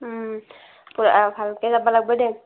ভালকৈ যাব লাগিব দেই